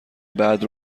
بعد